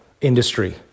industry